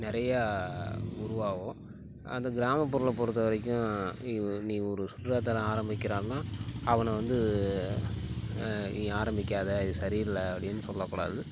நிறைய உருவாகும் அந்த கிராமப்புறங்களை பொறுத்த வரைக்கும் இ நீ ஒரு சுற்றுலாத்தலம் ஆரம்மிக்கிறான்னா அவனை வந்து நீ ஆரம்மிக்காத இது சரியில்லை அப்படின்னு சொல்லக்கூடாது